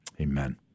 Amen